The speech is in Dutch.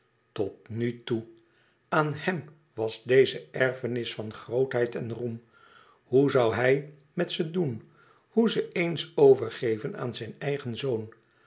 tot nu toe aan hèm was deze erfenis van grootheid en roem hoe zoû hij met ze doen hoe ze eens overgeven aan zijn eigen zoon